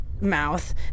mouth